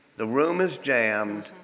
the room is jammed.